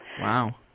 Wow